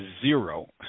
zero